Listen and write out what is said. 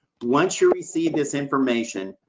once you receive this information,